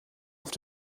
auf